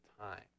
time